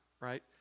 right